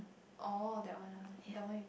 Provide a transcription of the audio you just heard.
orh that one ah that one